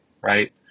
right